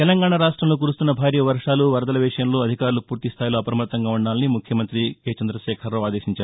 తెలంగాణా రాష్ట్రంలో కురుస్తున్న భారీ వర్షాలు వరదల విషయంలో అధికారులు ఫూర్తి స్టాయిలో అప్రమత్తంగా వుండాలని ముఖ్యమంతి కల్వకుంట్ల చంద్రశేఖరరావు ఆదేశించారు